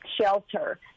shelter